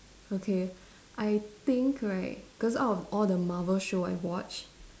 okay I think right cause out of all the Marvel show I've watched